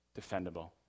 defendable